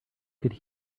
could